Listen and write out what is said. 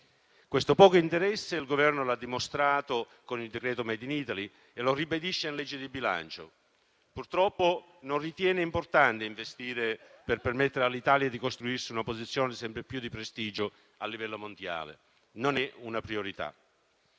Questo poco interesse il Governo l'ha dimostrato con il decreto *made in Italy* e lo ribadisce in legge di bilancio. Purtroppo, non ritiene importante investire per permettere all'Italia di costruirsi una posizione di sempre maggior prestigio a livello mondiale. Non è una priorità.